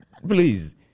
please